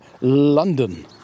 London